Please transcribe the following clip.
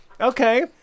Okay